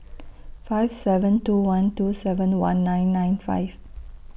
five seven two one two seven one nine nine five